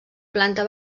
planta